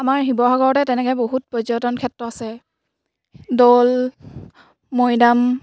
আমাৰ শিৱসাগৰতে তেনেকৈ বহুত পৰ্যটন ক্ষেত্ৰ আছে দৌল মৈদাম